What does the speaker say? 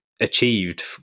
achieved